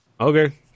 Okay